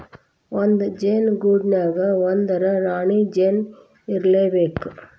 ಒಂದ ಜೇನ ಗೂಡಿನ್ಯಾಗ ಒಂದರ ರಾಣಿ ಜೇನ ಇರಲೇಬೇಕ